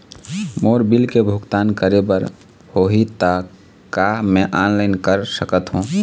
मोर bill के भुगतान करे बर होही ता का मैं ऑनलाइन कर सकथों?